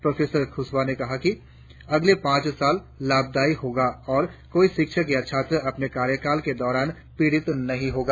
professor Kushwaha ने कहा है कि अगले पांच साल फलदायी होंगे और कोई शिक्षक या छात्र अपने कार्यकाल के दौरान पीड़ित नहीं होगा